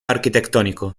arquitectónico